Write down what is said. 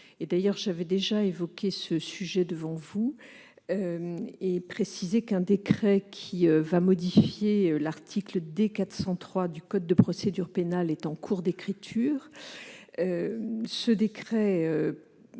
d'ailleurs déjà évoqué ce sujet devant vous et précisé qu'un décret modifiant l'article D. 403 du code de procédure pénale était en cours d'écriture. Il est